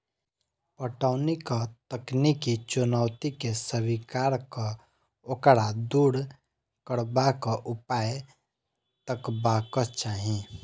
पटौनीक तकनीकी चुनौती के स्वीकार क ओकरा दूर करबाक उपाय तकबाक चाही